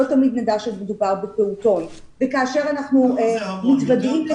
לאת מיד נדע שמדובר בפעוטון וכאשר אנחנו מדברים על